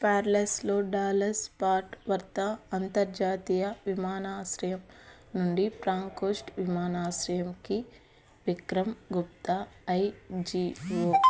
పార్లెస్లో Dallas Fort Worth అంతర్జాతీయ విమానాశ్రయం నుండి ఫ్రాంకోస్ట్ విమానాశ్రయంకి విక్రమ్ గుప్తా ఐజి ఓ